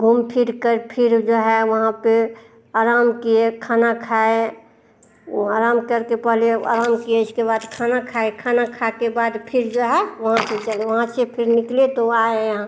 घूम फिर कर फिर जो है वहाँ पर आराम किए खाना खाए वह आराम करके पहले वह आराम किए इसके बाद खाना खाए खाना खाकर बाद फिर जो है वहाँ से चले वहाँ से फिर निकले तो आए यहाँ